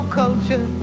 culture